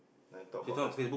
then talk about customer